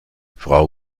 frau